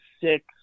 six